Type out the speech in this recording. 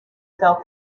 felt